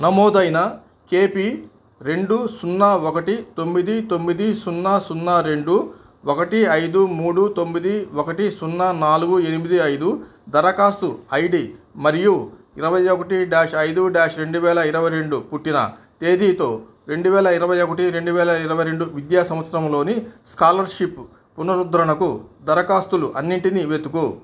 నమోదైన కేపీ రెండు సున్నా ఒకటి తొమ్మిది తొమ్మిది సున్నా సున్నా రెండు ఒకటి ఐదు మూడు తొమ్మిది ఒకటి సున్నా నాలుగు ఎనిమిది ఐదు దరఖాస్తు ఐడీ మరియు ఇరవై ఒకటి డ్యాష్ ఐదు డ్యాష్ రెండు వేల ఇరవై రెండు పుట్టిన తేదీతో రెండు వేల ఇరవై ఒకటి రెండు వేల ఇరవై రెండు విద్యా సంవత్సరంలోని స్కాలర్షిప్ పునరుద్ధరణకు దరఖాస్తులు అన్నిటినీ వెతుకు